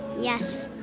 yes.